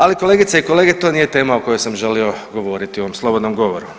Ali kolegice i kolege to nije tema o kojoj sam želio govoriti u ovom slobodnom govoru.